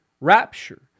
rapture